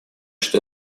что